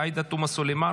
עאידה תומא סלימאן,